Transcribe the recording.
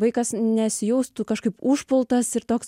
vaikas nesijaustų kažkaip užpultas ir toks